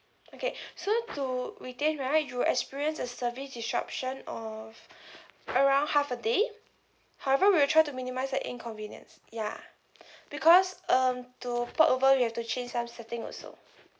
okay so to retain right you'll experience a service disruption of around half a day however we'll try to minimise the inconvenience ya because um to port over we have to change some setting also